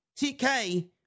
TK